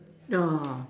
ya